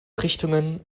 richtungen